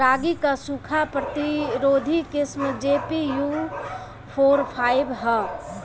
रागी क सूखा प्रतिरोधी किस्म जी.पी.यू फोर फाइव ह?